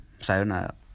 sayonara